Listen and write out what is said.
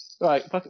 Right